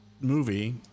movie